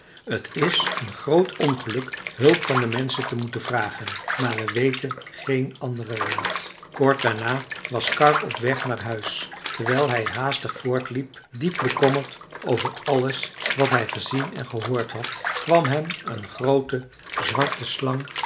t is een groot ongeluk hulp van de menschen te moeten vragen maar we weten geen anderen raad kort daarna was karr op weg naar huis terwijl hij haastig voortliep diep bekommerd over alles wat hij gezien en gehoord had kwam hem een groote zwarte slang